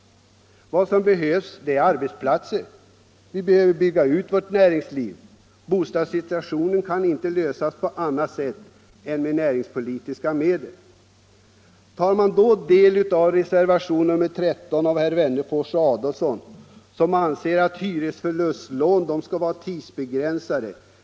Vad vi behöver är arbetsplatser. Vi behöver bygga ut vårt näringsliv. Situationen med de tomma lägenheterna kan inte förbättras på annat sätt än genom näringspolitiska åtgärder. I reservationen 13 av herrar Wennerfors och Adolfsson yrkas att hyresförlustlån skall vara tidsbegränsade.